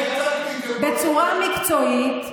בצורה מקצועית,